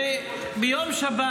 ביום שבת